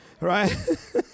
right